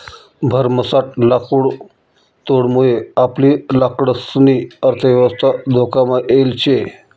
भरमसाठ लाकुडतोडमुये आपली लाकडंसनी अर्थयवस्था धोकामा येल शे